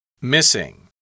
Missing